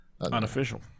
unofficial